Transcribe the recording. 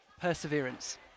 perseverance